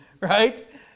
Right